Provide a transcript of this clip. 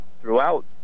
throughout